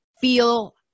feel